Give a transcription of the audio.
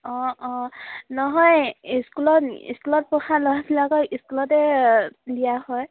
অঁ অঁ নহয় স্কুলত স্কুলত পঢ়া ল'ৰা ছোৱালীবিলাকক স্কুলতে দিয়া হয়